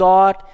God